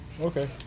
okay